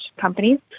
companies